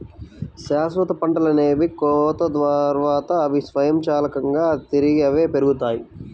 శాశ్వత పంటలనేవి కోత తర్వాత, అవి స్వయంచాలకంగా తిరిగి అవే పెరుగుతాయి